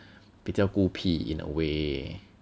比较孤僻 gu pi in a way